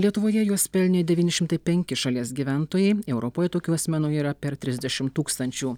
lietuvoje juos pelnė devyni šimtai penki šalies gyventojai europoje tokių asmenų yra per trisdešimt tūkstančių